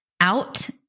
out